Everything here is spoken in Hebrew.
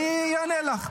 אני אענה לך.